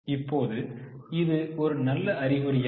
இப்போது இது ஒரு நல்ல அறிகுறியா